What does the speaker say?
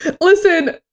Listen